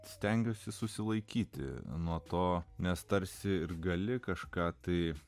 stengiuosi susilaikyti nuo to nes tarsi ir gali kažką taip